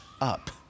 up